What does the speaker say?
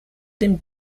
dem